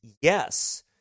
Yes